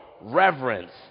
reverence